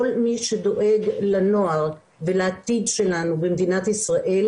כל מי שדואג לנוער ולעתיד שלנו במדינת ישראל,